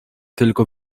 tylko